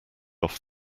off